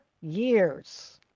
years